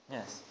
Yes